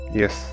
yes